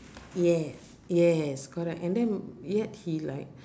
yeah yes correct and then yet he like